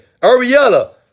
Ariella